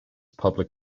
public